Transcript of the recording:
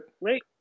Wait